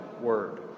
Word